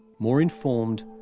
more informed,